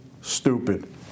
stupid